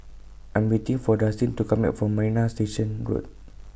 I'm waiting For Dustin to Come Back from Marina Station Road